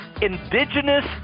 Indigenous